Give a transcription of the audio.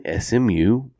SMU